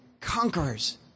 conquerors